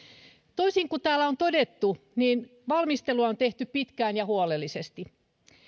toisin kuin täällä on todettu valmistelua on tehty pitkään ja huolellisesti